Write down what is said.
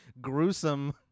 gruesome